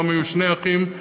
פעם היו שני אחים,